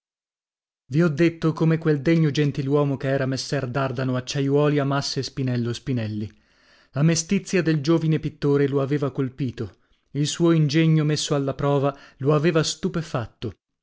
vi ho detto come quel degno gentiluomo che era messer bardano acciaiuoli amasse spinello spinelli la mestizia del giovine pittore lo aveva colpito il suo ingegno messo alla prova lo aveva stupefatto